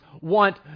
want